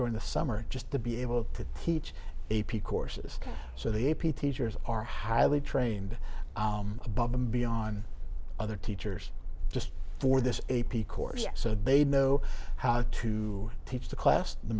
during the summer just to be able to teach a p courses so the a p teachers are highly trained above and beyond other teachers just for this a p course so they know how to teach the class the